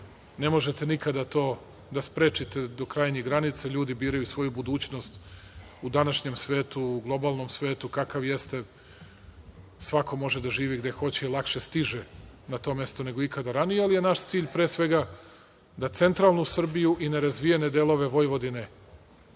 ne možete nikada to da sprečite do krajnjih granica, ljudi biraju svoju budućnost u današnjem svetu, u globalnom svetu, kakav jeste, svako može da živi gde hoće, lakše stiže na to mesto nego ikada ranije, ali je naš cilj, pre svega, da centralnu Srbiju i nerazvijene delove Vojvodine